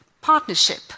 partnership